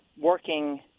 working